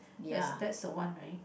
that's that's the one right